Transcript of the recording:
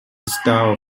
star